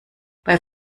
bei